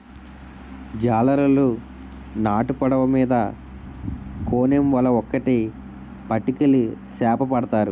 జాలరులు నాటు పడవ మీద కోనేమ్ వల ఒక్కేటి పట్టుకెళ్లి సేపపడతారు